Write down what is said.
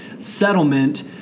settlement